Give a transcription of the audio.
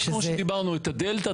כמו שדיברנו את הדלתא,